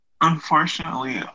Unfortunately